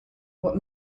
what